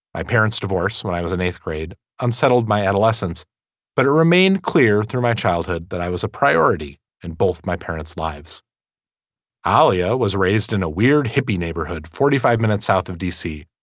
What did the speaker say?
my parents divorced when i was in eighth grade unsettled my adolescence but it remained clear through my childhood that i was a priority in and both my parent's lives ah aliya was raised in a weird hippy neighborhood forty five minutes south of d c.